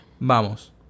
Vamos